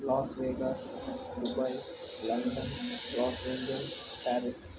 Las Vegas Dubai London Los Angeles Paris